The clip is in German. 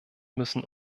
müssen